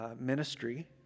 ministry